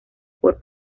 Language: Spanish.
por